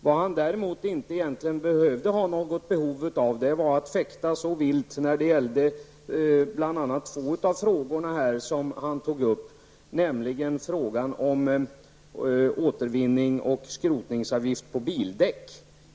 Vad han däremot egentligen inte behövde känna något behov av var att fäkta så vilt vad gäller två av de frågor han tog upp, nämligen frågan om återvinning och skrotningsavgift på bildäck.